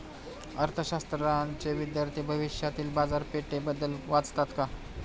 अर्थशास्त्राचे विद्यार्थी भविष्यातील बाजारपेठेबद्दल वाचतात का?